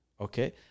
Okay